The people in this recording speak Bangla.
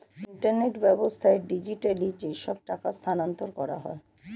ইন্টারনেট ব্যাবস্থায় ডিজিটালি যেসব টাকা স্থানান্তর করা হয়